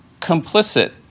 complicit